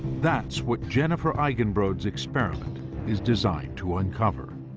that's what jennifer eigenbrode's experiment is designed to uncover.